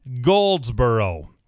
Goldsboro